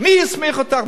מי הסמיך אותך?